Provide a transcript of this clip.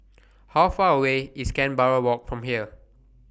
How Far away IS Canberra Walk from here